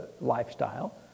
lifestyle